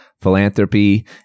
philanthropy